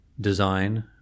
design